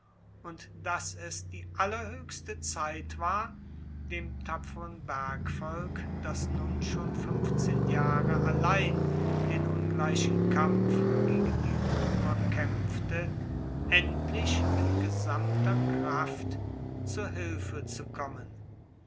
und dass es die allerhoechste zeit war dem tapferen bergvolk das nun schon fuenfzehn jahre allein den ungleichen kampf gegen die roemer kaempfte endlich mit gesamter kraft zu hilfe zu kommen